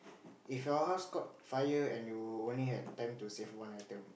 if your house caught fire and you only had time to save one item